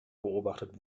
beobachtet